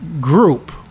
group